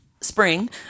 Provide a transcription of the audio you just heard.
spring